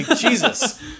Jesus